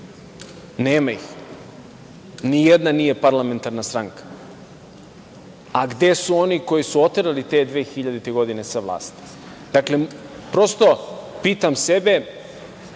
Nema ih. Ni jedna nije parlamentarna stranka. Gde su oni koji su oterali te 2000. godine sa vlasti. Pitam sebe